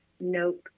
Nope